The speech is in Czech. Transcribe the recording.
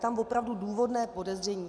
Je tam opravdu důvodné podezření.